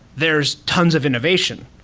there's tons of innovation,